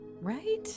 Right